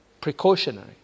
Precautionary